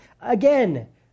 again